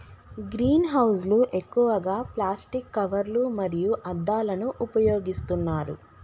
green house లు ఎక్కువగా plastic కవర్లు మరియు అద్దాలను ఉపయోగిస్తున్నారు